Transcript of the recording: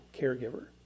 caregiver